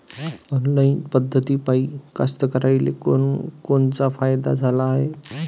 Online पद्धतीपायी कास्तकाराइले कोनकोनचा फायदा झाला हाये?